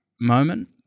moment